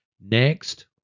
next